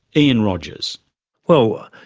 ian rogers well,